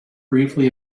briefly